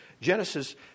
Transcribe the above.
Genesis